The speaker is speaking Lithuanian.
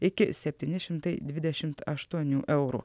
iki septyni šimtai dvidešimt aštuonių eurų